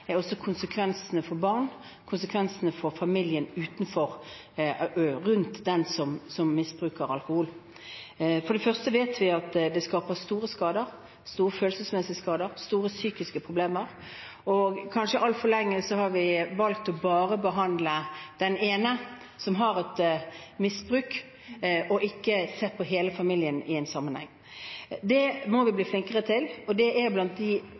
er konsekvensene for barn, konsekvensene for familien rundt den som misbruker alkohol. For det første vet vi at det gir store skader – store følelsesmessige skader, store psykiske problemer. Kanskje har vi altfor lenge valgt å behandle bare den ene som har et misbruk, og ikke sett hele familien i en sammenheng. Det må vi bli flinkere til. Det er blant de